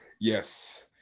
Yes